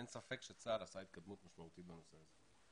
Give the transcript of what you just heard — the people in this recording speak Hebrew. שאין ספק שצה"ל עשה התקדמות משמעותית בנושא הזה.